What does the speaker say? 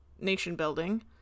nation-building